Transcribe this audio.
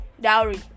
dowry